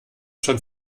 schon